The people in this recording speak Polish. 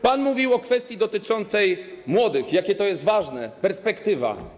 Pan mówił o kwestii dotyczącej młodych, jakie to jest ważne - perspektywa.